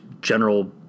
general